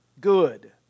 good